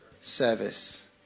service